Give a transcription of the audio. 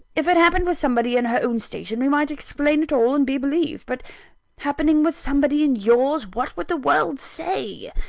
if it happened with somebody in her own station, we might explain it all, and be believed but happening with somebody in yours, what would the world say?